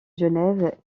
genève